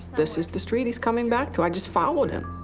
this is the street he's coming back to. i just followed him.